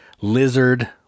Lizard